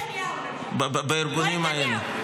או נתניהו, לדוגמה.